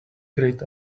great